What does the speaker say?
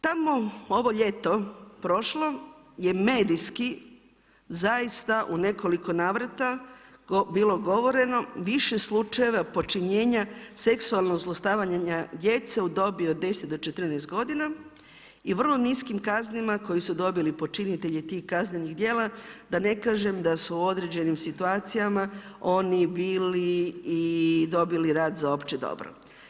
Tamo ovo ljeto prošlo, je medijski zaista u nekoliko navrata bilo govoreno više slučajeva počinjenja seksualnog zlostavljanja djece u dobi od 10 do 14 godina i vrlo niskim kaznama koje su dobili počinitelji tih kaznenih djela da ne kažem da su u određenim situacijama oni bili dobili i rad za opće dobro.